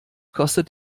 kostet